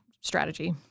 strategy